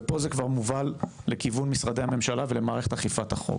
ופה זה כבר מובל לכיוון משרדי הממשלה ולמערכת אכיפת החוק.